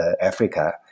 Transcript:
Africa